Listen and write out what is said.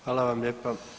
Hvala vam lijepa.